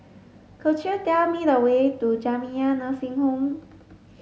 could you tell me the way to Jamiyah Nursing Home